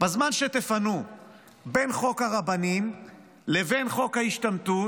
שתפנו בין חוק הרבנים לבין חוק ההשתמטות